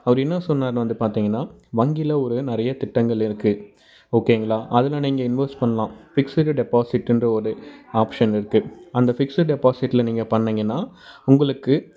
அவரு என்னா சொன்னாருன்னு வந்து பார்த்தீங்கன்னா வங்கியில் ஒரு நிறைய திட்டங்கள் இருக்கு ஓகேங்களா அதில் நீங்கள் இன்வெஸ்ட் பண்ணலாம் பிக்ஸ்ஸுடு டெப்பாசிட்டுன்ற ஒரு ஆப்ஷன் இருக்கு அந்த பிக்ஸ்ஸுடு டெப்பாசிட்டில நீங்கள் பண்ணிங்கன்னா உங்களுக்கு